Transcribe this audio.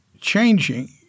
changing